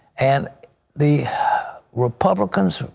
and the republicans,